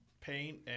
paint